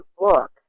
look